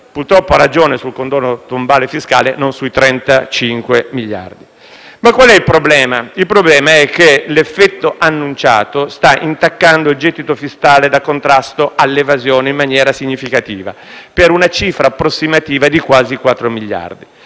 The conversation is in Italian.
Purtroppo ha ragione sul condono fiscale tombale, ma non sui 35 miliardi. Qual è però il problema? Il problema è che l'effetto annunciato sta intaccando il gettito fiscale da contrasto all'evasione in maniera significativa, per una cifra approssimativa di quasi 4 miliardi.